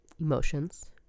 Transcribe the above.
Emotions